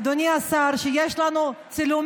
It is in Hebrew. אדוני השר, יש לנו צילומים,